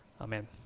Amen